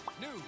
news